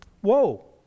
Whoa